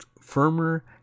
firmer